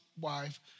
wife